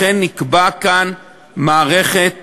לכן נקבעה כאן מערכת